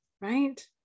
right